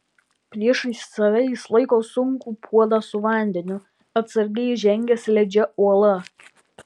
priešais save jis laiko sunkų puodą su vandeniu atsargiai žengia slidžia uola